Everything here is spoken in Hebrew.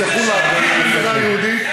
תצטרכו להכיר במדינה יהודית,